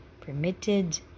permitted